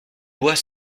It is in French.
bois